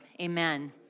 amen